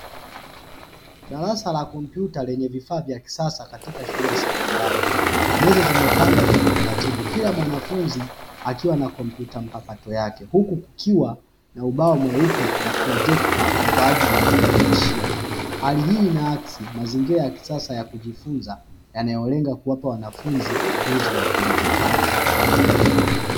Darasa la kompyuta lenye vifaa vya kisasa katika shule ya sekondari meza zimepangwa kwa utaratibu kila mwanafunzi akiwa na kompyuta mpakato yake, huku kukiwa na ubao mweupe na projekta kwa ajili ya kufundishia, hali hii inaaksi mazingira ya kisasa ya kujifunza yanayolenga kuwapa wanafunzi ujuzi wa kidijitali.